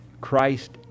Christ